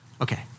Okay